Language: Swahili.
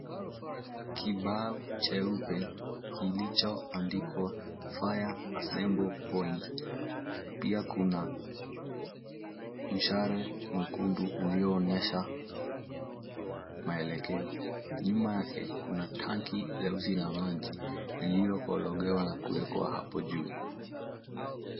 Kibao cheupe kilichoandikwa, Fire Assemble Point, pia kuna mshale mwekundu ulioonyesha maelekeo. Nyuma yake kuna tanki leusi la maji lililokorogewa na kuwekwa hapo juu.